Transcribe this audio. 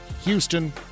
Houston